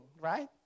right